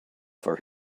for